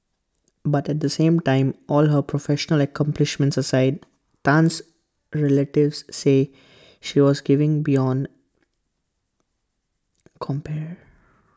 but at the same time all her professional accomplishments aside Tan's relatives say she was giving beyond compare